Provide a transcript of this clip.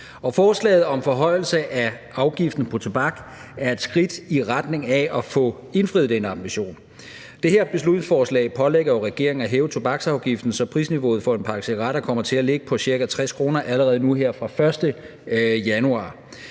Forslaget om forhøjelse af afgiften på tobak er et skridt i retning af at få indfriet den ambition. Det her beslutningsforslag pålægger jo regeringen at hæve tobaksafgiften, så prisniveauet for en pakke cigaretter kommer til at ligge på ca. 60 kr. allerede nu her fra den 1. januar.